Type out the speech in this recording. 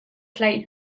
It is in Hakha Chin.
tlaih